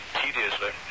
tediously